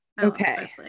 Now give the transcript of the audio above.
Okay